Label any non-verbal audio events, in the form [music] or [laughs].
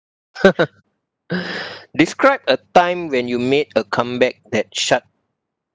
[laughs] [breath] describe a time when you made a comeback that shut